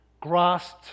grasped